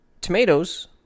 Tomatoes